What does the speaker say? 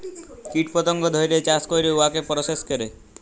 কীট পতঙ্গ ধ্যইরে চাষ ক্যইরে উয়াকে পরসেস ক্যরে